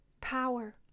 power